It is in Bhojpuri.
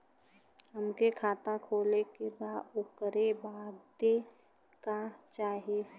हमके खाता खोले के बा ओकरे बादे का चाही?